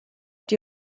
die